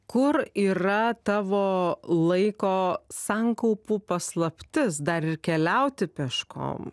kur yra tavo laiko sankaupų paslaptis dar ir keliauti peškom